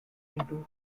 into